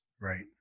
right